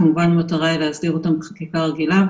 כמובן שהמטרה היא להסדיר אותם בחקיקה רגילה,